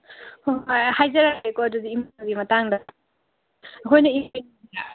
ꯍꯣꯏ ꯍꯣꯏ ꯍꯥꯏꯖꯔꯛꯀꯦꯀꯣ ꯑꯗꯨꯗꯤ ꯑꯩ ꯃꯅꯤꯄꯨꯔꯒꯤ ꯃꯇꯥꯡꯗ ꯑꯩꯈꯣꯏꯅ